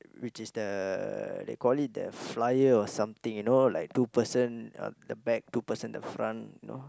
which is the they call it the flyer or something you know like two person the back two person the front you know